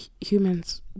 humans